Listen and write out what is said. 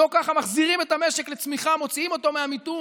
לא ככה מחזירים את המשק לצמיחה ומוציאים אותו מהמיתון.